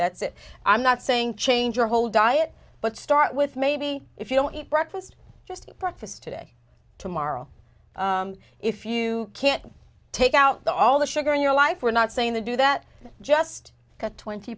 that's it i'm not saying change your whole diet but start with maybe if you don't eat breakfast just breakfast today tomorrow if you can't take out the all the sugar in your life we're not saying they do that just cut twenty